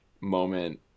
moment